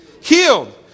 Healed